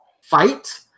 fight